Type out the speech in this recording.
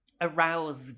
aroused